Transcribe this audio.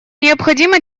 необходимо